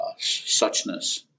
suchness